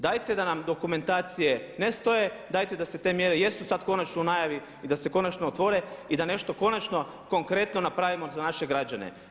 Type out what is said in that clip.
Dajte da nam dokumentacije ne stoje, dajte da se te mjere jesu sad konačno u najavi i da se konačno otvore i da nešto konačno konkretno napravimo za naše građane.